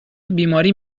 بیماری